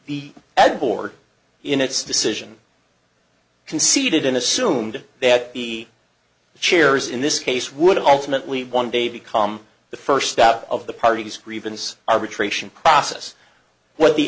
ad board in its decision conceded and assumed that the chairs in this case would ultimately one day become the first stop of the parties grievance arbitration process where the